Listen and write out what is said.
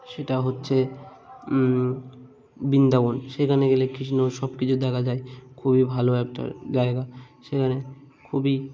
সেটা হচ্ছে বৃন্দাবন সেইখানে গেলে কৃষ্ণর সবকিছু দেখা যায় খুবই ভালো একটা জায়গা সেখানে খুবই